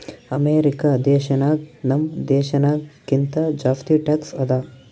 America ದೇಶನಾಗ್ ನಮ್ ದೇಶನಾಗ್ ಕಿಂತಾ ಜಾಸ್ತಿ ಟ್ಯಾಕ್ಸ್ ಅದಾ